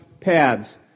pads